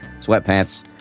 sweatpants